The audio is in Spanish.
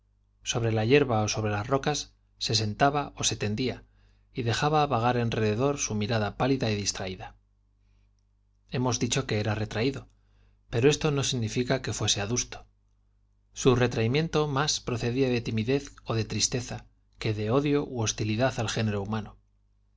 sobre la hierba ó sobre las separados y agrestes en rocas se sentaba ó se tendía y dejaba vagar distraída rededor su mirada pálida y hemos dicho que era retraído pero esto no significa que fuese adusto su retraimiento más procedía de timidez ó de tristeza que de odio ú hostilidad al humano